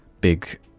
big